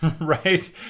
Right